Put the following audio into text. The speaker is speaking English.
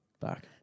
back